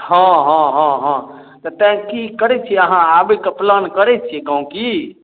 हॅं हॅं हॅं हॅं तऽ तैं की करै छियै अहाँ आबै के प्लान करै छियै गाँव की